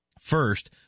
first